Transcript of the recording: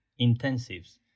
intensives